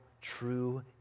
true